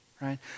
right